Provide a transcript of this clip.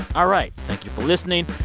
all right. thank you for listening.